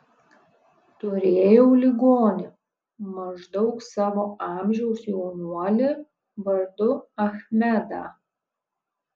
turėjau ligonį maždaug savo amžiaus jaunuolį vardu achmedą